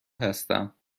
هستم